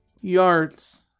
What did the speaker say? yards